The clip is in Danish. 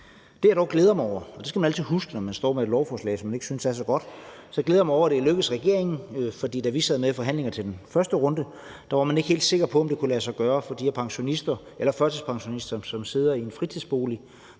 Det, jeg dog glæder mig over – og det skal man altid huske, når man står med et lovforslag, som man ikke synes er så godt – er, at der er noget, der er lykkedes for regeringen. Da vi sad med i forhandlingerne under den første runde, var man ikke helt sikker på, om det kunne lade sig gøre for de førtidspensionister, som har deres fritidsbolig